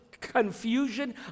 confusion